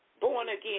born-again